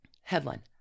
Headline